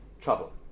trouble